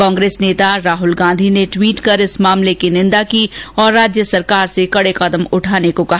कांग्रेस नेता राहुल गांधी ने ट्वीट कर इस मामले की निंदा की और राज्य सरकार से कड़े कदम उठाने को कहा